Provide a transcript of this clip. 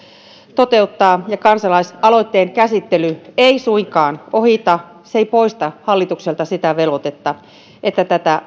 toteuttaa kansalaisaloitteen käsittely ei suinkaan ohita eikä poista hallitukselta sitä velvoitetta että tätä